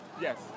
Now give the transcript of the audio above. Yes